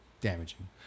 damaging